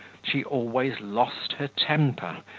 she always lost her temper,